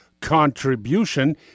contribution